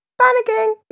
panicking